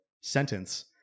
sentence